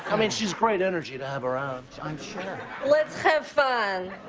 i mean she's great energy to have around. i'm sure. let's have fun!